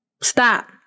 Stop